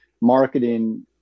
marketing